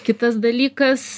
kitas dalykas